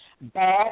Bad